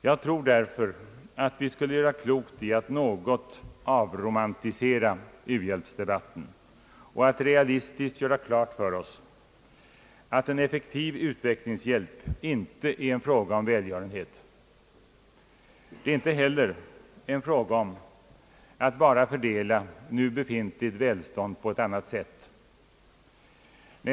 Jag tror därför att vi skulle göra klokt i att något avromantisera uhjälpsdebatten och realistiskt göra klart för oss, att en effektiv utvecklingshjälp inte är en fråga om välgörenhet, inte heller en fråga om att bara fördela nu befintligt välstånd på ett annat sätt.